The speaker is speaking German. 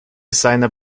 seiner